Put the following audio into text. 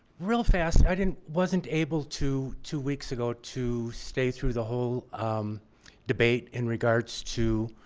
real fast. i didn't wasn't able to two weeks ago to stay through the whole um debate in regards to